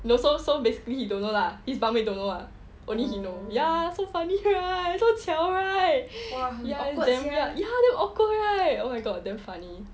so so basically he don't know lah his bunk mate don't know lah only he know ya so funny right so 巧 right ya damn awkward right oh my god damn funny